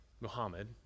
Muhammad